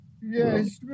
Yes